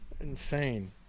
insane